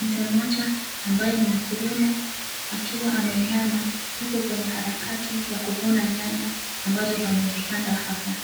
mtu mmoja ambaye ni mukulima, akiwa ameinama yuko kwenye harakati ya kuvuna nyanya ambazo amezipanda hapa.